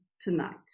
tonight